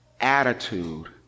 attitude